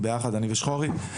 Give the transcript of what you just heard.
ביחד אני ושחורי.